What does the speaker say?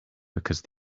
because